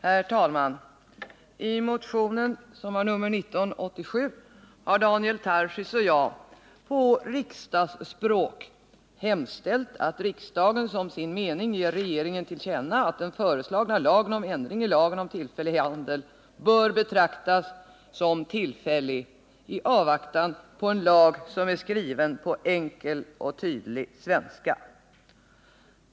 Herr talman! I motionen, som har nr 987, har Daniel Tarschys och jag på riksdagsspråk hemställt att riksdagen som sin mening ger regeringen till känna att den föreslagna lagen om ändring i lagen om tillfällig handel bör betraktas som tillfällig i avvaktan på en lag som är skriven på enkel och tydlig svenska.